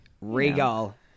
regal